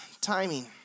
timing